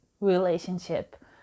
relationship